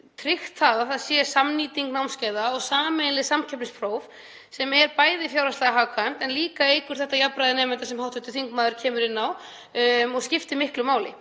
tryggt að það sé samnýting námskeiða og sameiginleg samkeppnispróf sem er bæði fjárhagslega hagkvæmt en líka eykur þetta jafnræði nemenda sem hv. þingmaður kemur inn á og skiptir miklu máli.